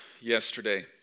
yesterday